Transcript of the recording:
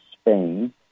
Spain